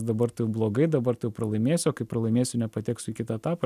dabar tai jau blogai dabar tai jau pralaimėsiu kai pralaimėsiu nepateksiu į kitą etapą